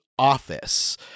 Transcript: office